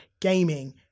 gaming